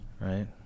right